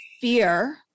fear